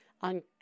on